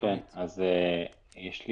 יש לי